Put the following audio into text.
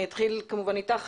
אני אתחיל כמובן איתך,